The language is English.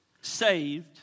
saved